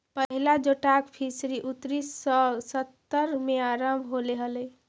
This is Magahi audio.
पहिला जोटाक फिशरी उन्नीस सौ सत्तर में आरंभ होले हलइ